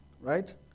Right